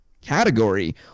category